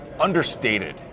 understated